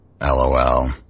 LOL